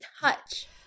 touch